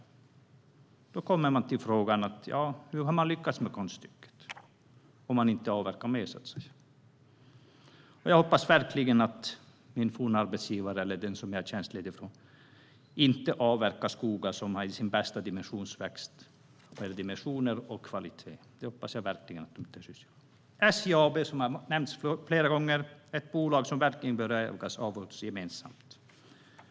Då kommer jag till frågan: Hur har man lyckats med konststycket om man inte avverkar mer? Jag hoppas verkligen att min forna arbetsgivare, den som jag är tjänstledig från, inte avverkar skogar som är i sin bästa dimensionstillväxt och av hög kvalitet. SJ AB är ett bolag som verkligen bör ägas av oss gemensamt.